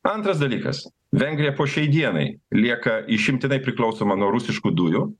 antras dalykas vengrija po šiai dienai lieka išimtinai priklausoma nuo rusiškų dujų